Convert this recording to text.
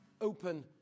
open